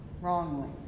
wrongly